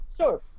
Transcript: Sure